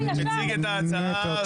נציג את ההצעה,